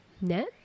net